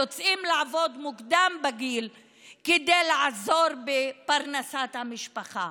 יוצאים לעבוד בגיל צעיר כדי לעזור בפרנסת המשפחה.